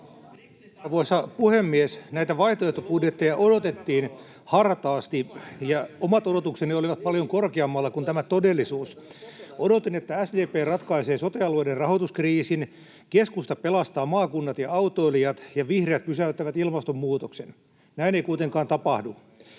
puhemies! Näitä vaihtoehtobudjetteja odotettiin hartaasti, ja omat odotukseni olivat paljon korkeammalla kuin tämä todellisuus. Odotin, että SDP ratkaisee sote-alueiden rahoituskriisin, keskusta pelastaa maakunnat ja autoilijat ja vihreät pysäyttävät ilmastonmuutoksen. Näin ei kuitenkaan tapahdu.